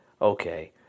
Okay